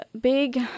big